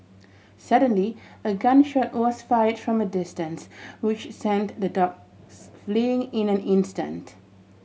suddenly a gun shot was fired from a distance which sent the dogs fleeing in an instant